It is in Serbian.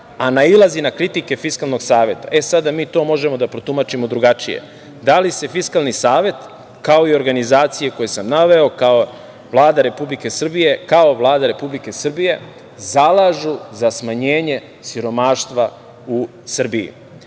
a nailazi na kritike Fiskalnog saveta, e, sada mi to možemo da protumačimo drugačije. Da li se Fiskalni savet, kao i organizacije koje sam naveo kao Vlada Republike Srbije, zalažu za smanjenje siromaštva u Srbiji. Nije